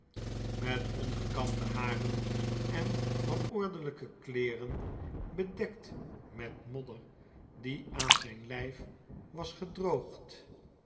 met ongekamde haren en wanordelgke kleeren bedekt met modder die aan zijn lgf was gedroogd